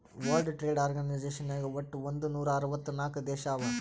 world trade organisation ನಾಗ್ ವಟ್ ಒಂದ್ ನೂರಾ ಅರ್ವತ್ ನಾಕ್ ದೇಶ ಅವಾ